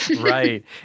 Right